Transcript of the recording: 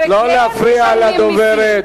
שכן משלמים מסים, זה לא נכון מה שאת אומרת.